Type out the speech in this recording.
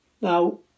Now